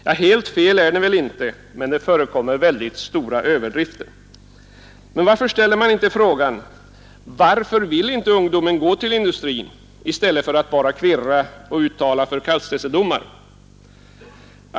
Ja, helt fel är den väl inte, men det förekommer väldigt stora överdrifter. Men varför ställer man inte frågan: Varför vill inte ungdomarna gå till industrin? Det kan man ju göra i stället för att bara kvirra och uttala förkastelsedomar.